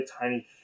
tiny